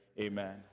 amen